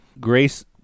grace